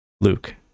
Luke